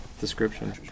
Description